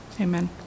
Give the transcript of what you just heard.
Amen